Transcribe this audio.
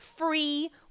Free